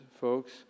folks